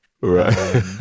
right